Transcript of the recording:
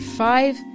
Five